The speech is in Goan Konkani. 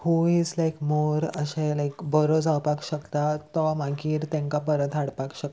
हू इज लायक मोर अशें लायक बरो जावपाक शकता तो मागीर तेंकां परत हाडपाक शकता